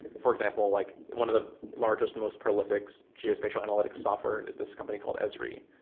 for example, like one of the largest, most prolific geospatial analytics software is this company called esri,